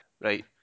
Right